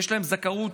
יש להם זכאות.